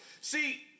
See